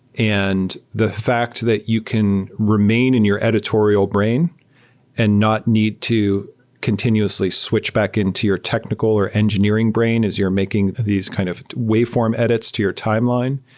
and the fact that you can remain in your editorial brain and not need to continuously switch back into your technical or engineering brain as you're making these kind of waveform edits to your timeline,